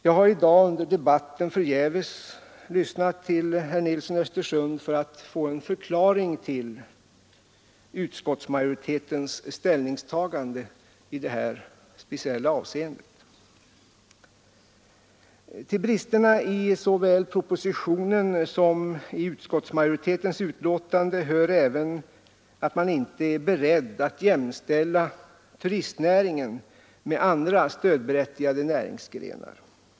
Jag har under debatten i dag förgäves lyssnat till herr Nilsson i Östersund för att få en förklaring till utskottsmajoritetens ställningstagande i det här speciella avseendet. Till bristerna i såväl propositionen som utskottsmajoritetens betänkande hör även att man inte är beredd att jämställa turistnäringen med andra, stödberättigade näringsgrenar.